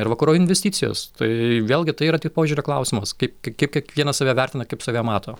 ir vakarų investicijos tai vėlgi tai yra ti požiūrio klausimas kaip kaip kiekvienas save vertina kaip save mato